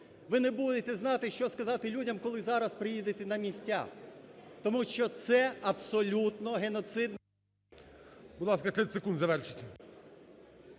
Ви не будете знати, що сказати людям, коли зараз приїдете на місця, тому що це абсолютно… ГОЛОВУЮЧИЙ. Будь ласка, 30 секунд завершити.